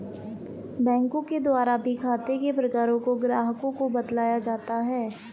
बैंकों के द्वारा भी खाते के प्रकारों को ग्राहकों को बतलाया जाता है